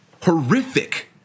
horrific